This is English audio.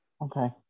Okay